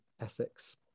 Essex